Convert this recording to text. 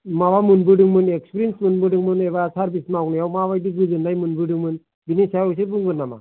माबा मोनबोदोंमोन इक्सपेरियेन्स मोनबोदोंमोन एबा सारभिस मावनायाव माबायदि गोजोन्नाय मोनबोदोंमोन बेनि सायाव एसे बुंगोन नामा